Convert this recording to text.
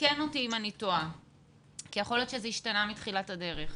ותקן אותי אם אני טועה כי יכול להיות שזה השתנה מתחילת הדרך,